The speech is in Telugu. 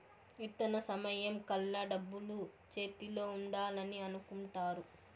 విత్తన సమయం కల్లా డబ్బులు చేతిలో ఉండాలని అనుకుంటారు